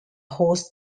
host